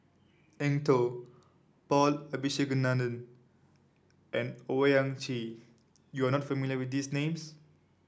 Eng Tow Paul Abisheganaden and Owyang Chi you are not familiar with these names